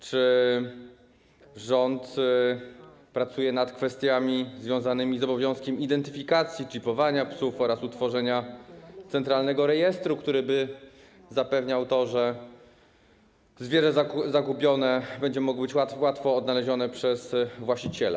Czy rząd pracuje nad kwestiami związanymi z obowiązkiem identyfikacji, czipowania psów oraz utworzenia centralnego rejestru, który by zapewniał to, że zwierzę zagubione będzie mogło być łatwo odnalezione przez właściciela?